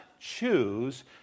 choose